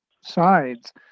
sides